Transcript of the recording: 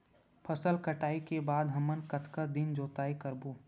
फसल कटाई के बाद हमन कतका दिन जोताई करबो?